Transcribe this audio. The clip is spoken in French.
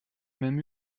même